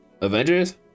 Avengers